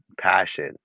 passion